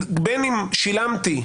בין אם שילמתי